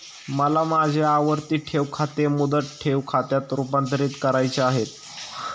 मला माझे आवर्ती ठेव खाते मुदत ठेव खात्यात रुपांतरीत करावयाचे आहे